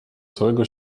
całego